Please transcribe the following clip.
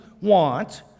want